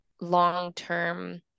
long-term